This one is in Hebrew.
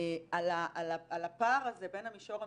על הפער הזה בין המישור המשפטי,